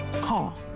Call